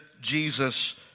Jesus